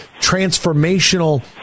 transformational